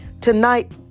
Tonight